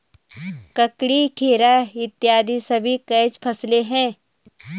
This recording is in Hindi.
ककड़ी, खीरा इत्यादि सभी कैच फसलें हैं